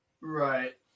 Right